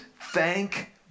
thank